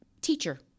teacher